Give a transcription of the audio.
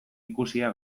ikusia